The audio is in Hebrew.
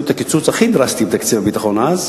את הקיצוץ הכי דרסטי בתקציב הביטחון אז.